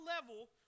level